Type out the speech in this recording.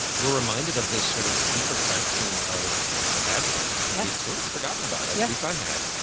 we're reminded of this sort of sleeper faction of the bad place that we'd sort of forgotten about. at yeah least i had.